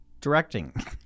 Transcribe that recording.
directing